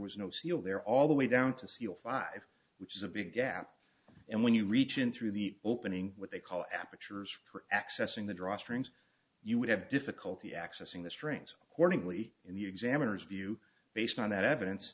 was no seal there all the way down to seal five which is a big gap and when you reach in through the opening what they call apertures for accessing the drawstrings you would have difficulty accessing the strings accordingly in the examiners view based on that evidence